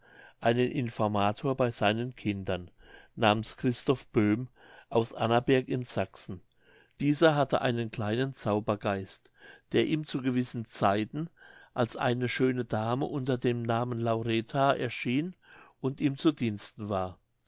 einen informator bei seinen kindern namens christoph böhm aus annaberg in sachsen dieser hatte einen kleinen zaubergeist der ihm zu gewissen zeiten als eine schöne dame unter dem namen laureta erschien und ihm zu diensten war